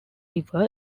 river